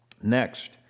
Next